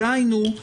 דהיינו,